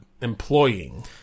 Employing